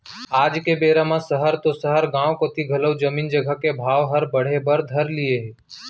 आज के बेरा म सहर तो सहर गॉंव कोती घलौ जमीन जघा के भाव हर बढ़े बर धर लिये हे